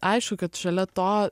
aišku kad šalia to